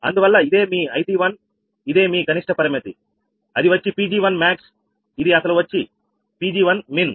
అందువల్ల ఇదే మీ IC1 ఇదేమి కనిష్ట పరిమితి అది వచ్చి 𝑃𝑔1max ఇది అసలు వచ్చి 𝑃𝑔1min